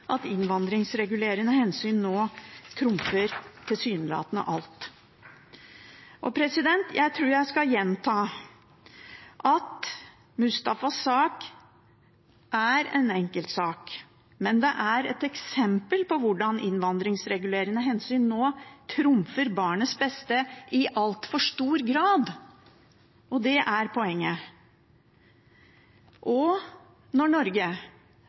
at innvandringsregulerende hensyn nå tilsynelatende trumfer alt. Jeg tror jeg skal gjenta: Mustafas sak er en enkeltsak, men det er et eksempel på hvordan innvandringsregulerende hensyn nå trumfer barnets beste i altfor stor grad, og det er poenget. Og når Norge